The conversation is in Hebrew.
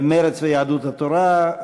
של מרצ ויהדות התורה.